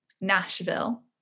Nashville